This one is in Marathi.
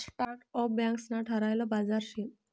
स्टार्टअप बँकंस ना ठरायल बाजार शे